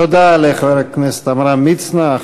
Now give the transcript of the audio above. תודה לחבר הכנסת עמרם מצנע.